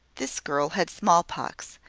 this girl had small-pox,